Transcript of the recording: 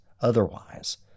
otherwise